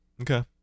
Okay